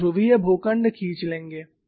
और ध्रुवीय भूखंड खींच लेंगे